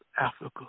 Africa